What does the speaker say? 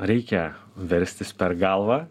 reikia verstis per galvą